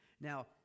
Now